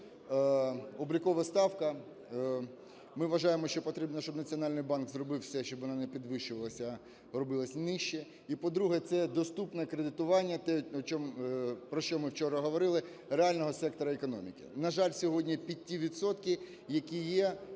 облікова ставка, ми вважаємо, що потрібно, щоб Національний банк зробив все, щоби вона не підвищувалася, а робилася нижче. І, по-друге, це доступне кредитування, те, про що ми вчора говорили, реального сектору економіки. На жаль, сьогодні під ті відсотки, які є,